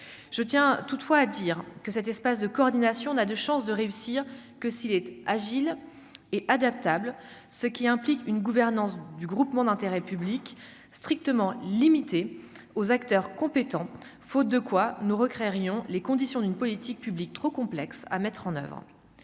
je tiens toutefois à dire que cet espace de coordination n'a de chance de réussir que s'il était à Gilles et adaptable, ce qui implique une gouvernance du groupement d'intérêt public, strictement limitée aux acteurs compétents, faute de quoi nous recréer Riom les conditions d'une politique publique trop complexe à mettre en oeuvre,